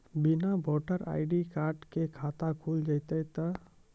बिना voter ID card के खाता खुल जैते तो?